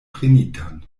prenitan